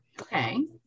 Okay